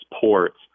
ports